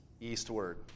Eastward